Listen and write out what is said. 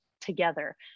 together